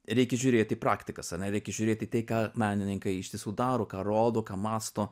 reikia žiūrėti praktikas ane reikia žiūrėti tai ką menininkai iš tiesų daro ką rodo ką mąsto